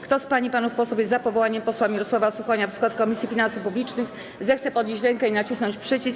Kto z pań i panów posłów jest za powołaniem posła Mirosława Suchonia w skład Komisji Finansów Publicznych, zechce podnieść rękę i nacisnąć przycisk.